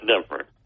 different